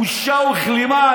בושה וכלימה.